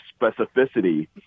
specificity